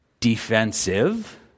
Defensive